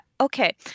Okay